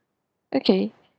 okay